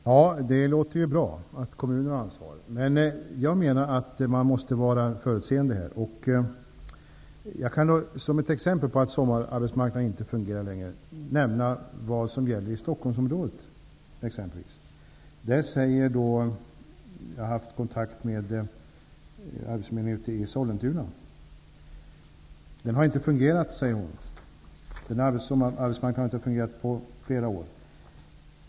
Herr talman! Det låter ju bra att kommunerna har ansvaret. Men jag menar att man måste vara förutseende här. Jag kan som ett exempel på att sommararbetsmarknaden inte fungerar längre nämna vad som gäller i Stockholmsområdet. På arbetsförmedlingen i Sollentuna, som jag har haft kontakt med, säger man att sommararbetsmarknaden inte har fungerat på flera år.